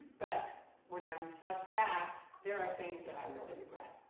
but when i reflect back, there are things that i really regret.